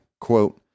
Quote